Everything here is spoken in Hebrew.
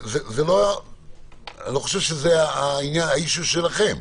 אני לא חושב שזה העניין שלכם.